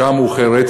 שעה מאוחרת,